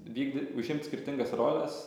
vykdy užimt skirtingas roles